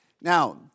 Now